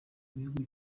ibihugu